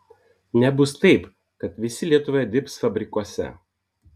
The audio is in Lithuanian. nebus taip kad visi lietuvoje dirbs fabrikuose